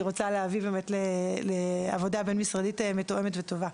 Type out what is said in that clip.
רוצה להביא כדוגמה לעבודה משרדית מתואמת וטובה.